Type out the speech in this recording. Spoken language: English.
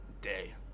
day